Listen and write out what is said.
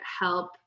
help